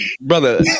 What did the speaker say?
brother